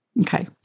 Okay